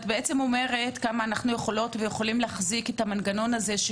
את בעצם אומרת כמה אנחנו יכולות ויכולים להחזיק את המנגנון הזה,